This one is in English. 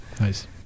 nice